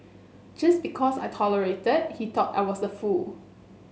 just because I tolerated he thought I was a fool